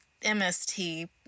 MST